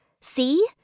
See